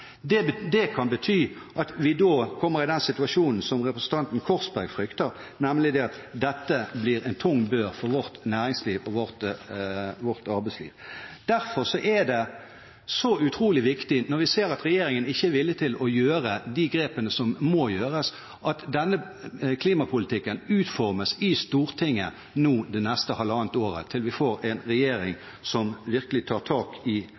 bli knapp. Det kan bety at vi kommer i den situasjonen som representanten Korsberg frykter, nemlig at dette blir en tung bør for vårt næringsliv, for vårt arbeidsliv. Derfor er det så utrolig viktig – når vi ser at regjeringen ikke er villig til å ta de grepene som må tas – at denne klimapolitikken utformes i Stortinget nå, det neste halvannet året, til vi får en regjering som virkelig tar tak i